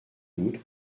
outre